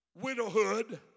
widowhood